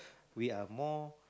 they are more